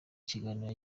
kiganiro